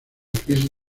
crisis